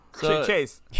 chase